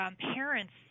parents